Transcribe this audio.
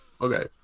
Okay